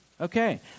Okay